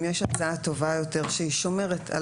אם יש הצעה טובה יותר שהיא שומרת על